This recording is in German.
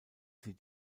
sie